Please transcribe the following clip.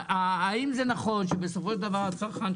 האם זה נכון שבסופו של דבר הצרכן,